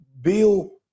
Bill